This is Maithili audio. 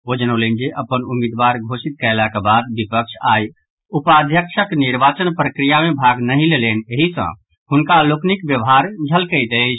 ओ जनौलनि जे अपन उम्मीदवार घोषित कयलक बाद विपक्ष आइ उपाध्यक्षक निर्वाचन प्रक्रिया मे भाग नहि लेलनि एहि सॅ हुनका लोकनिक व्यवहार के झलकैत अछि